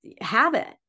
habit